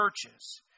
churches